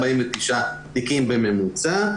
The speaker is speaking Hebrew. כלומר 149 תיקים בממוצע,